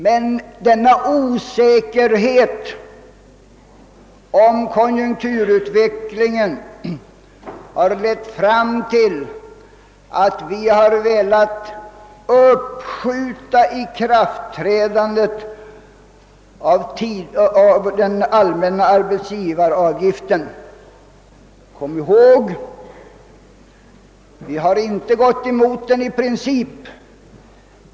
Men osäkerheten om :konjunkturutvecklingen gör att vi velat uppskjuta ikraftträdandet av den allmänna arbetsgivaravgiften. Kom ihåg att vi inte har gått emot denna i princip!